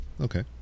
okay